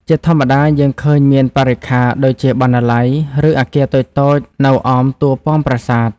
ជាធម្មតាយើងឃើញមានបរិក្ខារ ដូចជាបណ្ណាល័យ ឬអគារតូចៗនៅអមតួប៉មប្រាសាទ។